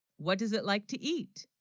what does it like to eat?